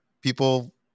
people